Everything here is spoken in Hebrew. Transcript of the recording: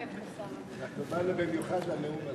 אנחנו באנו במיוחד לנאום הזה.